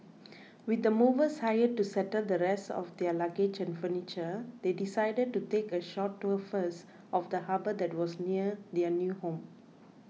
with the movers hired to settle the rest of their luggage and furniture they decided to take a short tour first of the harbour that was near their new home